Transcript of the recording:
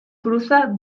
cruza